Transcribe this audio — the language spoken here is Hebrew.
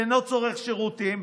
אינו צורך שירותים,